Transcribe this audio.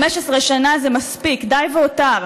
15 שנה זה מספיק, די והותר.